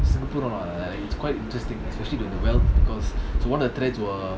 singapore lah like it's quite interesting especially the wealth because so one of the threads were